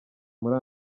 muri